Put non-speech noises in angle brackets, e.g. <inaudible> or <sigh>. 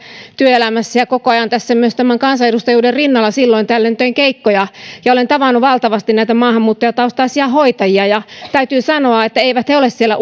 työelämässä ja koko ajan tässä myös tämän kansanedustajuuden rinnalla silloin tällöin teen keikkoja ja olen tavannut valtavasti näitä maahanmuuttajataustaisia hoitajia ja täytyy sanoa että eivät he ole siellä <unintelligible>